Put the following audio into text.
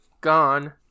gone